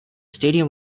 stadium